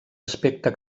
aspecte